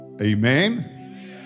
Amen